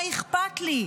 מה אכפת לי?